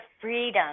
freedom